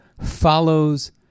follows